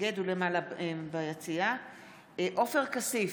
נגד עופר כסיף,